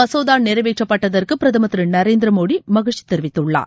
மசோதா நிறைவேற்றப்பட்டதற்கு பிரதமர் திரு நரேந்திர மோடி மகிழ்ச்சி தெரிவித்துள்ளார்